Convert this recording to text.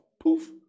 Poof